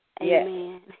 Amen